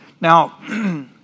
Now